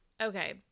Okay